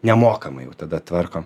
nemokamai jau tada tvarko